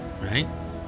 right